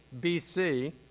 BC